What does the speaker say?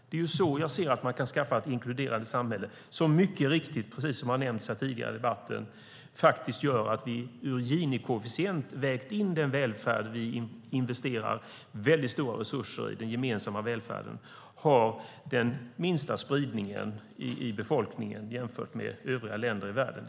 Det är så jag anser att man kan skapa ett inkluderande samhälle som mycket riktigt, precis som har nämnts tidigare i debatten, gör att vi investerar stora resurser i den gemensamma välfärden och har den minsta spridningen i befolkningen jämfört med övriga länder i världen, utifrån Gini-koefficienten.